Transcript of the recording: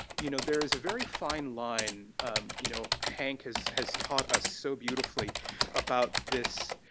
you know, there is a very fine line you know, hank has has taught us so beautifully about this,